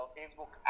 Facebook